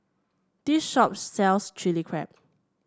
this shop sells Chili Crab